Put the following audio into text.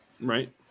right